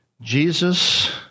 Jesus